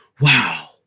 wow